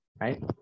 right